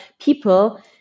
people